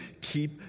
keep